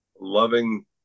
loving